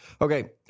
Okay